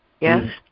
Yes